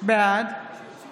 בעד